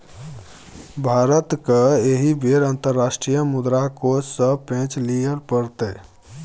भारतकेँ एहि बेर अंतर्राष्ट्रीय मुद्रा कोष सँ पैंच लिअ पड़तै